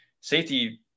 Safety